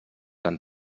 han